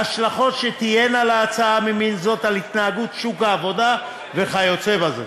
ההשלכות שתהיינה להצעה ממין זאת על התנהגות שוק העבודה וכיוצא בזה.